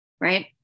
right